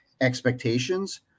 expectations